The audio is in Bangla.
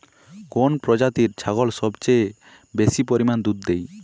কোন প্রজাতির ছাগল সবচেয়ে বেশি পরিমাণ দুধ দেয়?